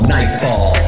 Nightfall